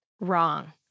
Wrong